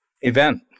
event